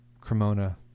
Cremona